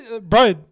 Bro